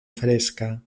fresca